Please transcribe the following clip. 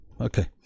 okay